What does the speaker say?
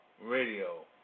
Radio